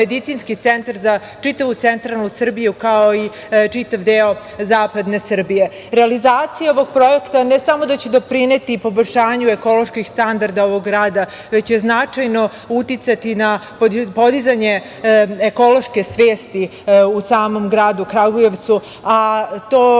medicinski centar za čitavu centralnu Srbiju, kao i čitav deo zapadne Srbije. Realizacija ovog projekta ne samo da će doprineti poboljšanju ekoloških standarda ovog grada, već će značajno uticati na podizanje ekološke svesti u samom gradu Kragujevcu, a tome